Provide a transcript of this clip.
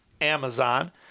amazon